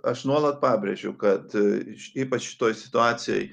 aš nuolat pabrėžiu kad iš ypač šitoj situacijoj